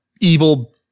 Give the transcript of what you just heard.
evil